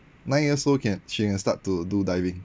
nine years old can she can start to do diving